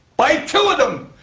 by two of them,